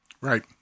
Right